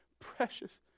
precious